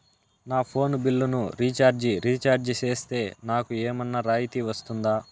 నా ఫోను బిల్లును recharge recharge సేస్తే, నాకు ఏమన్నా రాయితీ వస్తుందా?